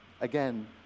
Again